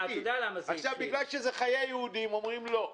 בגלל שזה חיי יהודים אומרים "לא",